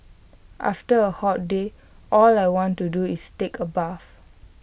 after A hot day all I want to do is take A bath